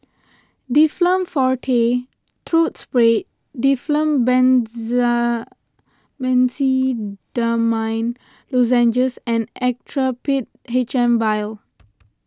Difflam forte Throat Spray Difflam Benzydamine Lozenges and Actrapid H M vial